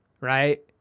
right